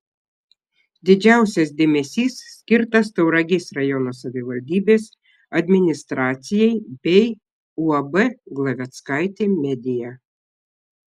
didžiausias dėmesys skirtas tauragės rajono savivaldybės administracijai bei uab glaveckaitė media